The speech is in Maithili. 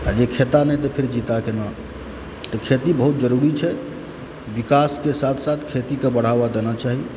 आ जे खेता नहि तऽ फेर जीता केना तऽ खेती बहुत जरुरी छै विकासके साथ साथ खेतीके बढ़ावा देना चाही